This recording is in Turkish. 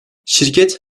şirket